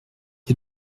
est